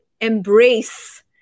embrace